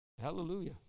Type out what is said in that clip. Hallelujah